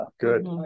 good